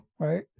Right